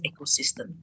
ecosystem